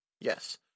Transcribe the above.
Yes